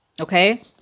Okay